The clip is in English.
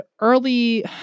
early